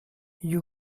you